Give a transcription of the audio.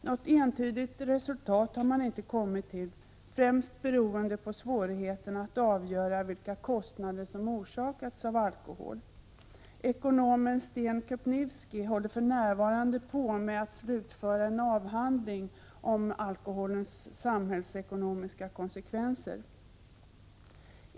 Något entydigt resultat har man inte kommit till, främst beroende på svårigheterna att avgöra vilka kostnader som orsakats av alkohol. Ekonomen Sten Köpniwsky håller för närvarande på med att slutföra en avhandling om alkoholens samhällsekonomiska konsekvenser.